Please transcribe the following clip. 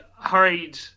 hurried